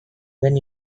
when